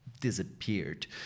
disappeared